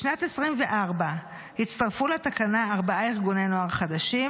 בשנת 2024 הצטרפו לתקנה ארבעה ארגוני נוער חדשים,